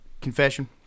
confession